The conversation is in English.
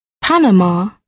Panama